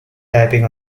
typing